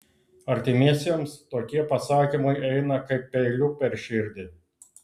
artimiesiems tokie pasakymai eina kaip peiliu per širdį